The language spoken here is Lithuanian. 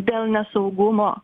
dėl nesaugumo